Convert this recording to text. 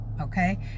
okay